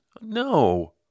No